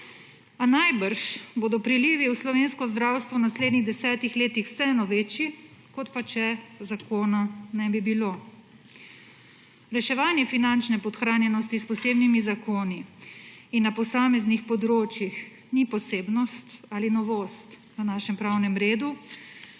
A najbrž bodo prilivi v slovensko zdravstvo v naslednjih desetih letih vseeno večji, kot pa, če zakona ne bi bilo. Reševanje finančne podhranjenosti s posebnimi zakoni in na posameznih področjih ni posebnost ali novost v našem pravnem redu,